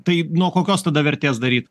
tai nuo kokios tada vertės daryt